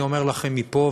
אני אומר לכם מפה,